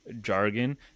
jargon